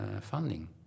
funding